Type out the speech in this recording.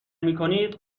میکنید